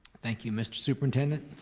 thank you, mr. superintendent?